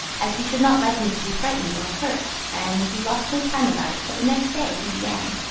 as he should not like me to be frightened or hurt, and he lost no time about it, for the next day he began.